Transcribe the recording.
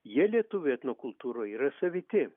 jie lietuvių etnokultūroj yra saviti